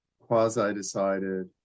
quasi-decided